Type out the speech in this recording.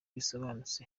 risobanutse